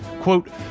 Quote